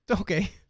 Okay